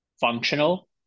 functional